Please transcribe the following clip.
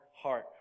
heart